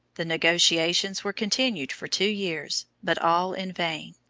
the negotiations were continued for two years, but all in vain.